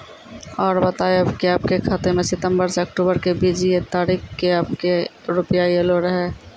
और बतायब के आपके खाते मे सितंबर से अक्टूबर के बीज ये तारीख के आपके के रुपिया येलो रहे?